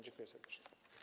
Dziękuję serdecznie.